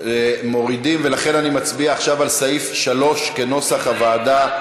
ולכן נצביע עכשיו על סעיף 3 כנוסח הוועדה.